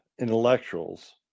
intellectuals